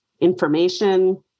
information